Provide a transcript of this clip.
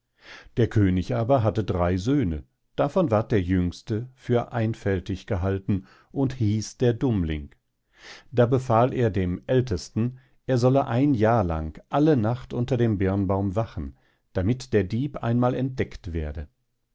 der könig aber hatte drei söhne davon ward der jüngste für einfältig gehalten und hieß der dummling da befahl er dem ältesten er solle ein jahr lang alle nacht unter dem birnbaum wachen damit der dieb einmal entdeckt werde